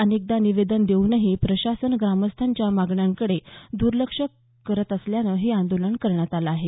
अनेकदा निवेदन देऊनही प्रशासन ग्रामस्थांच्या मागण्यांकडे दुर्लक्ष करत असल्यानं हे आंदोलन करण्यात आलं आहे